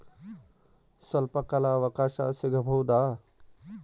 ಸ್ವಲ್ಪ ಕಾಲ ಅವಕಾಶ ಸಿಗಬಹುದಾ?